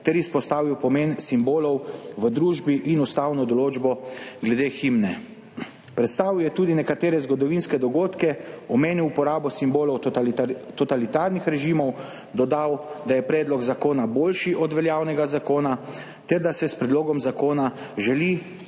ter izpostavil pomen simbolov v družbi in ustavno določbo glede himne. Predstavil je tudi nekatere zgodovinske dogodke, omenil uporabo simbolov totalitarnih režimov, dodal, da je predlog zakona boljši od veljavnega zakona ter da se s predlogom zakona želi nasloviti